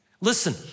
Listen